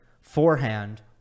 forehand